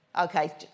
okay